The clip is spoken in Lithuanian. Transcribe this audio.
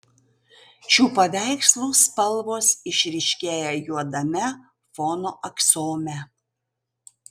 šių paveikslų spalvos išryškėja juodame fono aksome